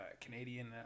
canadian